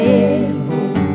able